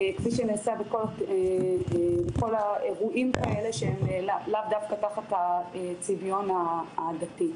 כפי שנעשה בכל האירועים האלה שהם לאו דווקא תחת הצביון דתי.